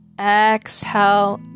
Exhale